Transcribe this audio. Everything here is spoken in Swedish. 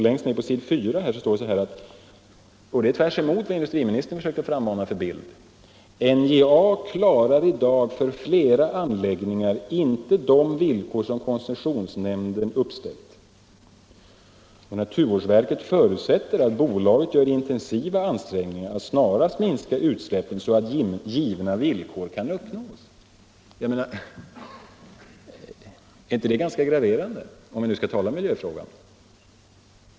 Längst ner på s. 4 står det — tvärtemot den bild som industriministern vill frammana — att NJA i dag för flera anläggningar inte klarar de villkor som koncessionsnämnden uppställt och att naturvårdsverket förutsätter att bolaget gör intensiva ansträngningar att snarast minska utsläppen så att givna villkor kan uppnås. — Är inte det ganska graverande?